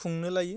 खुंनो लायो